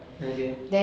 okay